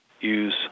use